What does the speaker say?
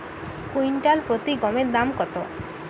Quintal প্রতি গমের দাম কত?